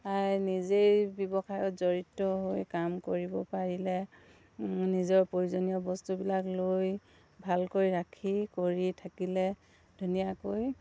নিজেই ব্যৱসায়ত জড়িত হৈ কাম কৰিব পাৰিলে নিজৰ প্ৰয়োজনীয় বস্তুবিলাক লৈ ভালকৈ ৰাখি কৰি থাকিলে ধুনীয়াকৈ